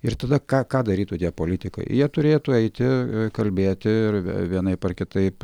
ir tada ką ką darytų tie politikai jie turėtų eiti kalbėti ir vie vienaip ar kitaip